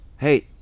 Hey